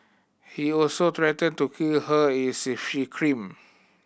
he also threatened to kill her if she screamed